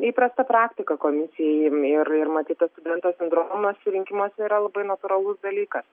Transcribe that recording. įprasta praktika komisijai ir ir ir matyt tas studento sindromas rinkimuose yra labai natūralus dalykas